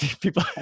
people